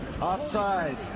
Offside